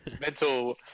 mental